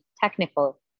technical